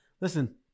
Listen